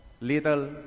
little